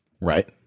right